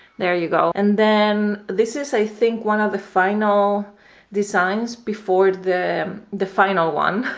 there you go, and then this is i think one of the final designs before the the final one